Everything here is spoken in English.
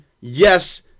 yes